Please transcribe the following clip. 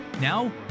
Now